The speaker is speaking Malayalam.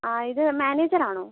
ആ ഇത് മാനേജർ ആണോ